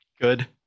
good